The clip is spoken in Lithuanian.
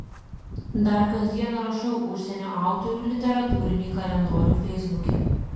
dar kasdien rašau užsienio autorių literatūrinį kalendorių feisbuke